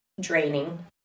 draining